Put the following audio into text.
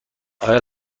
آیا